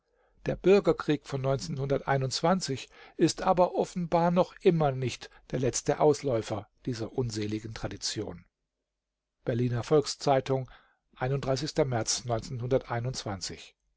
der bürgerkrieg von ist aber offenbar noch immer nicht der letzte ausläufer dieser unseligen tradition berliner volks-zeitung märz